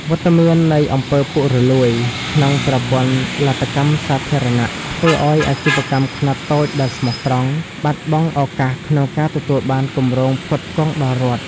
វត្តមាននៃ អំពើពុករលួយ ក្នុងប្រព័ន្ធលទ្ធកម្មសាធារណៈ ធ្វើឱ្យអាជីវកម្មខ្នាតតូចដែលស្មោះត្រង់ បាត់បង់ឱកាសក្នុងការទទួលបានគម្រផ្គត់ផ្គង់ដល់រដ្ឋ។